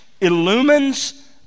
illumines